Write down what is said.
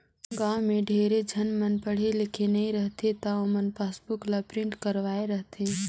गाँव में ढेरे झन मन पढ़े लिखे नई रहें त ओमन पासबुक ल प्रिंट करवाये रथें